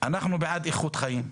אנחנו תמיד בעד איכות חיים,